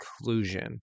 conclusion